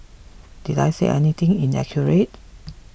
did I say anything inaccurate